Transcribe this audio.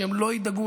שהם לא ידאגו